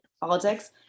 politics